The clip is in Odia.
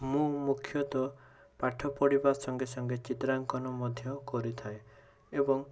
ମୁଁ ମୁଖ୍ୟତଃ ପାଠ ପଢ଼ିବା ସଙ୍ଗେ ସଙ୍ଗେ ଚିତ୍ରାଙ୍କନ ମଧ୍ୟ କରିଥାଏ ଏବଂ